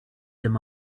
them